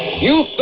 you